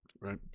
right